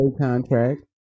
contract